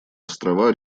острова